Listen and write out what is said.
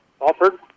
Alford